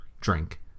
drink